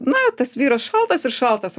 na tas vyras šaltas ir šaltas